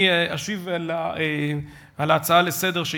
אני אשיב על ההצעה לסדר-היום,